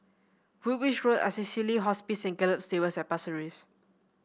Woolwich Road Assisi Hospice Gallop Stables at Pasir Ris